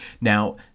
Now